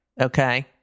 okay